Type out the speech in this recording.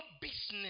business